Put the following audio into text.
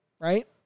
right